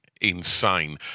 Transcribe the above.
insane